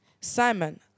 Simon